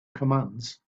commands